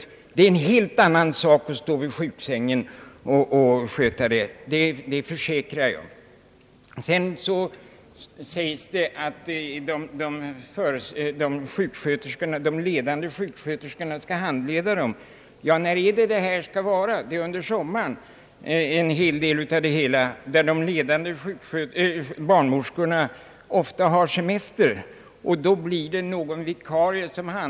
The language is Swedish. Men det är en helt annan sak att klara av dem vid sjuksängen, det försäkrar jag. Vidare har de barnmorskor som skall vara handledare ofta semester under sommaren, Då kan det bli så att en vi karie får vara handledare för en annan vikarie.